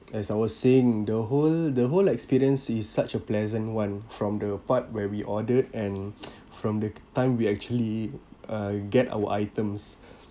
as I was saying the whole the whole experience is such a pleasant one from the part where we order and from the time we actually uh get our items